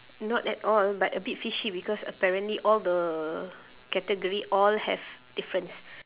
not at all but a bit fishy because apparently all the category all have difference